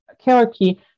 hierarchy